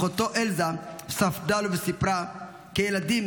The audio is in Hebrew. אחותו אלזה ספדה לו וסיפרה: כילדים